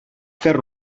fer